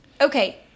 Okay